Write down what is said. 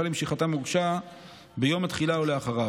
למשיכתם הוגשה ביום התחילה או אחריו.